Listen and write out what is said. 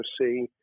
see